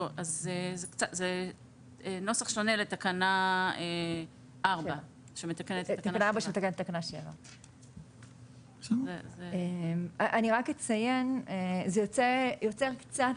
זה נוסח שונה לתקנה 4 שמתקנת את תקנה 7. זה יוצר קצת